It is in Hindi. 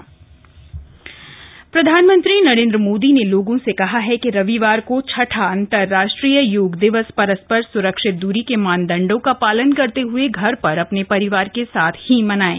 पीएम योग अपील प्रधानमंत्री नरेन्द्र मोदी ने लोगों से कहा है कि रविवार को छठा अंतरराष्ट्रीय योग दिवस पररस्पर सुरक्षित दूरी के मानदंडों का पालन करते हए घर पर अपने परिवार के साथ ही मनाएं